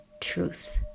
truth